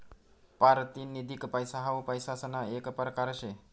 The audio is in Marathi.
पारतिनिधिक पैसा हाऊ पैसासना येक परकार शे